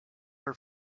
are